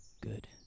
Good